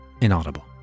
inaudible